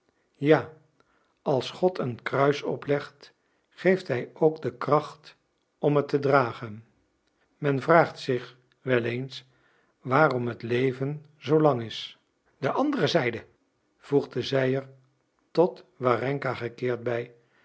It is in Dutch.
ja als god een kruis oplegt geeft hij ook de kracht om het te dragen men vraagt zich zelf wel eens waarom het leven zoo lang is de andere zijde voegde zij er tot warenka gekeerd bij